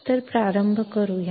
तर प्रारंभ करूया